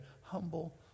humble